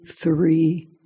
three